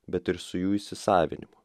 bet ir su jų įsisavinimu